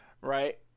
right